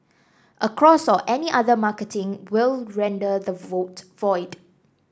a cross or any other marketing will render the vote void